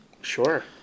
Sure